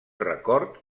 record